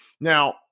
Now